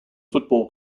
football